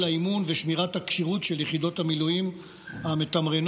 האימון ושמירת הכשירות של יחידות המילואים המתמרנות,